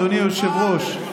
אדוני היושב-ראש,